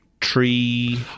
tree